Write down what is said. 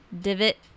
divot